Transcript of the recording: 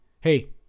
Hey